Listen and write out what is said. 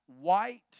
white